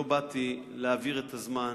באתי להעביר את הזמן